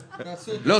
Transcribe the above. ----- לא,